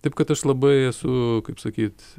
taip kad aš labai esu kaip sakyt